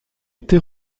été